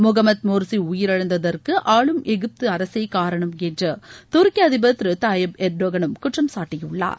Mohammed Morsi உயிரிழந்ததற்கு ஆளும் எகிப்து அரசே காரணம் என்று துருக்கி அதிபர் திரு தாயிப் எர்டோகனும் குற்றம் சாட்டியுள்ளார்